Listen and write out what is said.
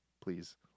please